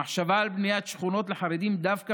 המחשבה על בניית שכונות לחרדים דווקא